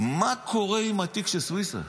מה קורה עם התיק של סויסה?